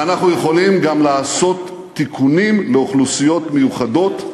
ואנחנו יכולים גם לעשות תיקונים לאוכלוסיות מיוחדות.